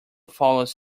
follows